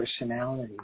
personality